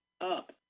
up